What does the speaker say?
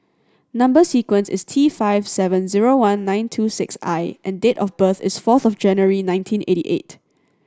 number sequence is T five seven zero one nine two six I and date of birth is fourth of January nineteen eighty eight